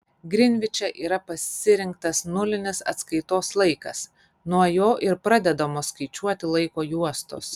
grinviče yra pasirinktas nulinis atskaitos laikas nuo jo ir pradedamos skaičiuoti laiko juostos